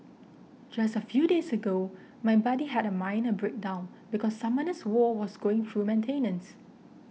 just a few days ago my buddy had a minor breakdown because Summoners War was going through maintenance